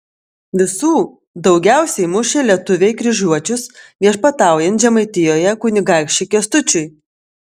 visų daugiausiai mušė lietuviai kryžiuočius viešpataujant žemaitijoje kunigaikščiui kęstučiui